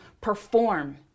perform